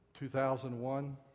2001